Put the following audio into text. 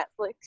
Netflix